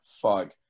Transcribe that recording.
fuck